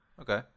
Okay